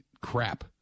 crap